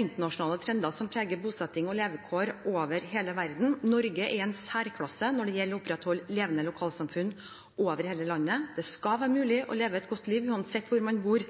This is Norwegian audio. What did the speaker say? internasjonale trender som preger bosetting og levekår over hele verden. Norge er i en særklasse når det gjelder å opprettholde levende lokalsamfunn over hele landet. Det skal være mulig å leve et godt liv uansett hvor man bor